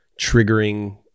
triggering